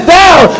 down